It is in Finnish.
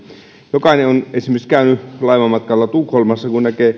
jokainen on esimerkiksi käynyt laivamatkalla tukholmassa